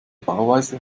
bauweise